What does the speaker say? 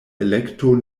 elekto